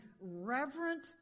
reverent